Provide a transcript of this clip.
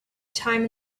time